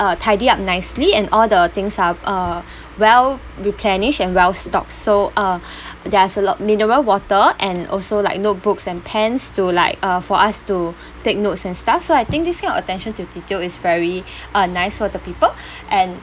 uh tidy up nicely and all the things are uh well replenished and well stocked so uh there's are a lot mineral water and also like notebooks and pens to like uh for us to take notes and stuff so I think this kind of attention to detail is very uh nice for the people and